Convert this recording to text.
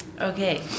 Okay